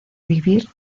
vivir